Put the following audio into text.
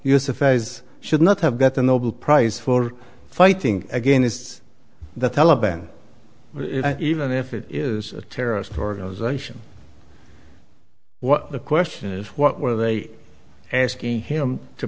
phase should not have got the nobel prize for fighting against the taliban even if it is a terrorist organization what the question is what were they asking him to